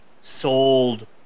sold